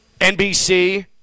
NBC